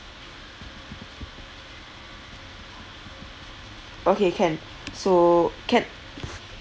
okay can so can